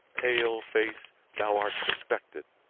pale face, thou art suspected!